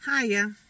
Hiya